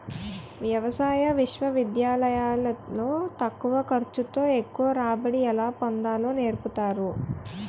వ్యవసాయ విశ్వవిద్యాలయాలు లో తక్కువ ఖర్చు తో ఎక్కువ రాబడి ఎలా పొందాలో నేర్పుతారు